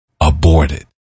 aborted